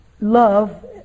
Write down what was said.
love